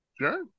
sure